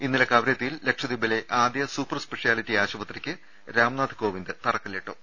ഇന്നലെ കവരത്തിയിൽ ലക്ഷദ്വീപിലെ ആദ്യ സൂപ്പർ സ്പെഷ്യാലിറ്റി ആശുപത്രിക്ക് രാംനാഥ് കോവിന്ദ് തറക്കല്ലിട്ടു